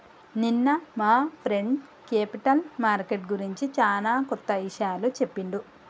నిన్న మా friend capital market గురించి చానా కొత్త ఇషయాలు చెప్పిండు